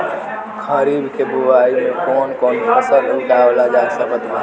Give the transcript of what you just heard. खरीब के बोआई मे कौन कौन फसल उगावाल जा सकत बा?